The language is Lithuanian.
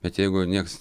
bet jeigu nieks